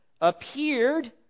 appeared